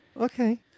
okay